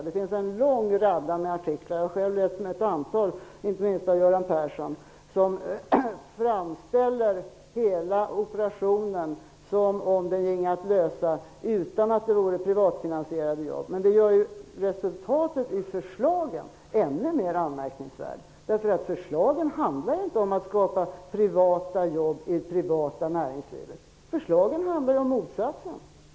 Det finns en mängd artiklar -- jag har själv läst ett antal, inte minst av Göran Persson -- som framställer hela operationen som om den ginge att lösa utan privatfinansierade jobb. Men det gör ju resultaten i förslagen ännu mer anmärkningsvärda. Förslagen handlar inte om att skapa privata jobb i det privata näringslivet, utan de handlar om motsatsen.